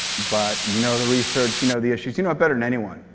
but you know the research, you know the issues, you know it better than anyone.